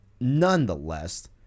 nonetheless